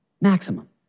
Maximum